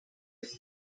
his